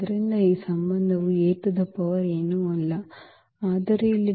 ಆದ್ದರಿಂದ ಈ ಸಂಬಂಧವು ಏನೂ ಅಲ್ಲ ಆದರೆ ಇಲ್ಲಿ